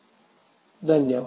खूप धन्यवाद